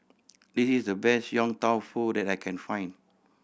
this is the best Yong Tau Foo that I can find